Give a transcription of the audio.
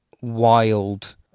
wild